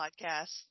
podcasts